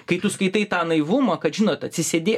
kai tu skaitai tą naivumą kad žinot atsisėdė